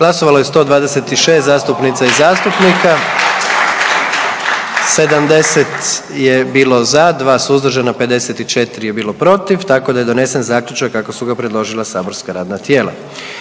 glasujmo. 114 zastupnica i zastupnika je glasovalo, 77 je bilo za, 28 suzdržanih i 9 je bilo protiv pa je donesen Zaključak kako su ga predložila saborska radna tijela.